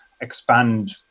expand